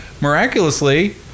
miraculously